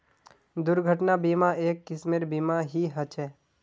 दुर्घटना बीमा, एक किस्मेर बीमा ही ह छे